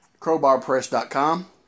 crowbarpress.com